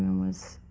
was